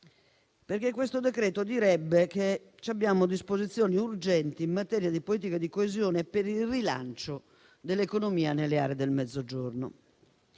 perché quello in esame dovrebbe recare disposizioni urgenti in materia di politiche di coesione per il rilancio dell'economia nelle aree del Mezzogiorno.